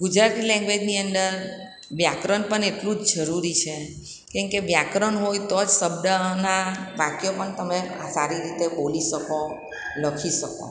ગુજરાતી લેન્ગ્વેજની અંદર વ્યાકરણ પણ એટલું જ જરૂરી છે કેમ કે વ્યાકરણ હોય તો જ શબ્દના વાક્યો પણ તમે સારી રીતે બોલી શકો લખી શકો